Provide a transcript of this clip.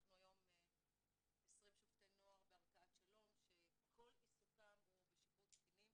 אנחנו היום 20 שופטי נוער בערכאת שלום שכל עיסוקם הוא בשיפוט קטינים.